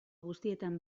guztietan